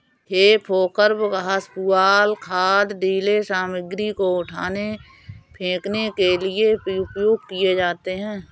हे fork घास, पुआल, खाद, ढ़ीले सामग्री को उठाने, फेंकने के लिए उपयोग किए जाते हैं